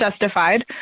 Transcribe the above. justified